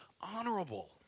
honorable